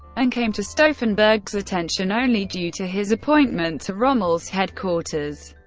and came to stauffenberg's attention only due to his appointment to rommel's headquarters.